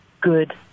good